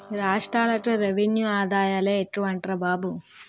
రాష్ట్రాలకి రెవెన్యూ ఆదాయాలే ఎక్కువట్రా బాబు